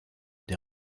des